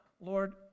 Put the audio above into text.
Lord